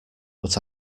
but